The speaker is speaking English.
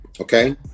okay